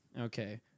Okay